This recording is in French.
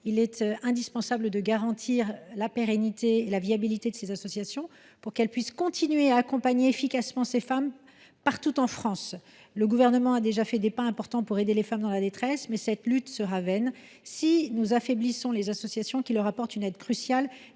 Il est indispensable de garantir la pérennité et la viabilité de ces associations, afin qu’elles puissent continuer à accompagner efficacement ces femmes partout en France. Le Gouvernement a déjà fait des pas importants pour aider les femmes dans la détresse, mais cette lutte sera vaine si nous affaiblissons les associations qui leur apportent une aide cruciale